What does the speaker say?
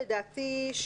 לדעתי,